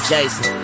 Jason